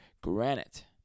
granite